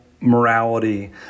morality